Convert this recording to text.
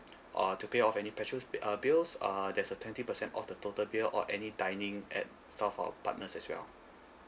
or to pay off any petrols uh bills uh there's a twenty percent off the total bill or any dining at some of our partners as well